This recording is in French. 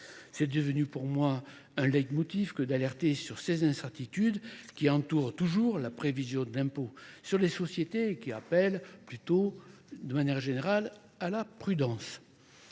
C'est devenu pour moi un leitmotiv que d'alerter sur ces incertitudes qui entourent toujours la prévision de l'impôt sur les sociétés qui appellent plutôt de manière générale à la prudence.